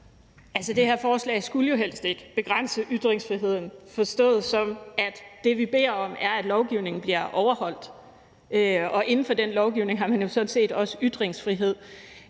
Det her forslag skulle jo helst ikke begrænse ytringsfriheden forstået på den måde, at det, vi beder om, er, at lovgivningen bliver overholdt. Og inden for den lovgivning har man jo sådan set også ytringsfrihed.